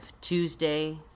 Tuesday